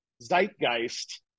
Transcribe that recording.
zeitgeist